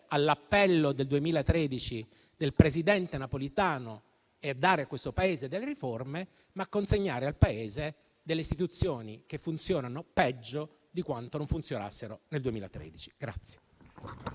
all'appello del 2013 del presidente Napolitano e dare a questo Paese delle riforme, ma consegnare al Paese delle istituzioni che funzionano peggio di quanto non funzionassero nel 2013.